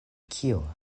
kio